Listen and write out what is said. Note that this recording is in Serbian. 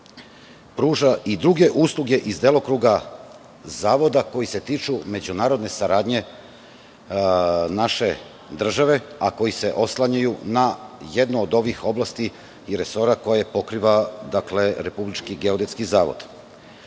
i druge usluge iz delokruga Zavoda koje se tiču međunarodne saradnje naše države, a koje se oslanjaju na jednu od ovih oblasti i resora koje pokriva Republički geodetski zavod. Pre